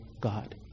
God